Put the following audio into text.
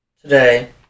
today